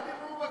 מה דיברו,